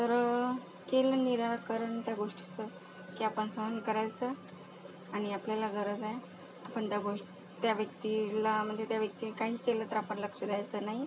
तर केलं निराकरण त्या गोष्टीचं की आपण सहन करायचं आणि आपल्याला गरज आहे आपण त्या गोष् त्या व्यक्तीला म्हणजे त्या व्यक्तीने काही केलं तर आपण लक्ष द्यायचं नाही